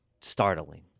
startling